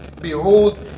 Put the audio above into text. Behold